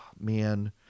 man